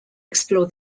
explore